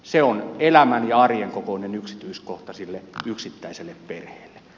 se on elämän ja arjen kokoinen yksityiskohta sille yksittäiselle perheelle